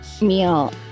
meal